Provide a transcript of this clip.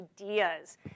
ideas